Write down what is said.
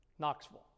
Knoxville